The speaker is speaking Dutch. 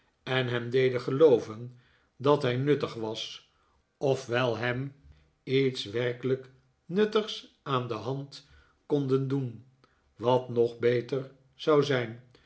en hem dedeh gelooven dat hij nuttig was of wel hem iets werkelijk nuttigs aan de hand konden doen wat nop beter zou zijn